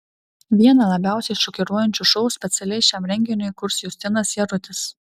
vieną labiausiai šokiruojančių šou specialiai šiam renginiui kurs justinas jarutis